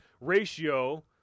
ratio